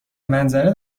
منظره